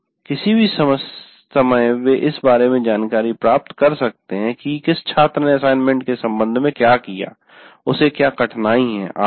किसी भी समय वे इस बारे में जानकारी प्राप्त कर सकते हैं कि किस छात्र ने असाइनमेंट के संबंध में क्या किया है उसे क्या कठिनाई है आदि